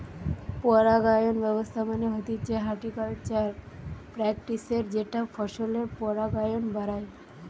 পরাগায়ন ব্যবস্থা মানে হতিছে হর্টিকালচারাল প্র্যাকটিসের যেটা ফসলের পরাগায়ন বাড়ায়